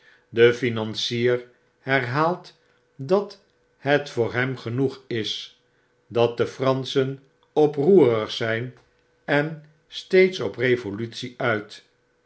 de financier herhaalt dat het voor hem genoeg is dat de franschen oproerig zjjn en steeds op revolutie uit